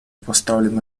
поставлен